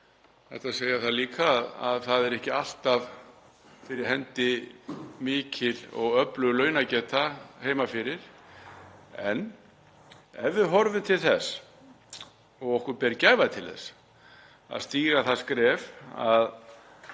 hægt að segja líka að það er ekki alltaf fyrir hendi mikil og öflug launageta heima fyrir. En ef við horfum til þess og við berum gæfu til þess að stíga það skref að